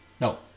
No